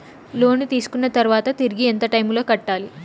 లోను తీసుకున్న తర్వాత తిరిగి ఎంత టైములో కట్టాలి